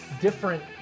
different